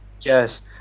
yes